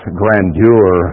grandeur